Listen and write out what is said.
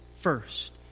first